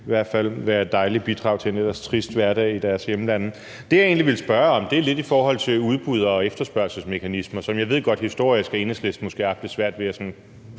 i hvert fald sikkert være et dejligt bidrag til en ellers trist hverdag i deres hjemlande. Det, jeg egentlig vil spørge om, er lidt i forhold til udbuds- og efterspørgselsmekanismer, som jeg godt ved Enhedslisten historisk har haft lidt svært ved sådan